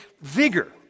vigor